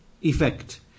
effect